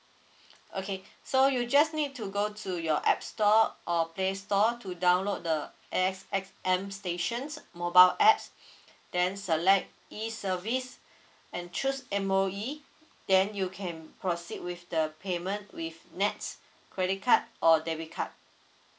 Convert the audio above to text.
okay so you just need to go to your app store or play store to download the A_X_S M stations mobile apps then select E service and choose M_O_E then you can proceed with the payment with NETS credit card or debit card